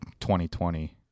2020